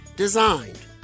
designed